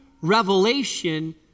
revelation